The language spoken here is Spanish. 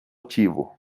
chivo